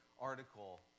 article